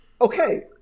okay